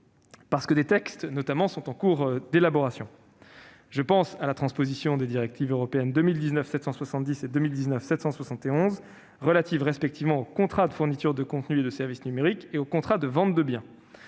calendrier. Des textes, notamment, sont en cours d'élaboration ; je pense à la transposition des directives européennes 2019/770 et 2019/771 respectivement relatives aux contrats de fourniture de contenus et de services numériques et aux contrats de vente de biens,